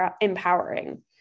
empowering